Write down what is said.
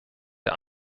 der